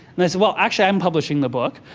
and i said, well, actually, i'm publishing the book.